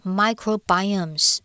microbiomes